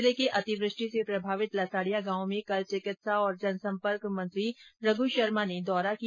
जिले के अतिवृष्टि से प्रभावित लसाड़िया गांव में कल चिकित्सा और जनसंपर्क मंत्री रघ् शर्मा ने दौरा किया